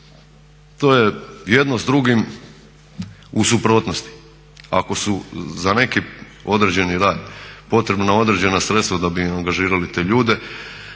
To je jedno s drugim u suprotnosti. Ako su za neki određeni rad potrebna određena sredstva da bi angažirali te ljude,